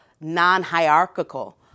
non-hierarchical